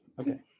Okay